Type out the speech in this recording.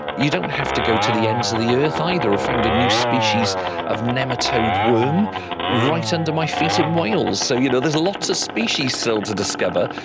you don't have to go to the ends of the earth either. i found a new species of nematode worm right under my feet in wales. so you know there's lots of species still to discover.